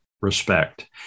respect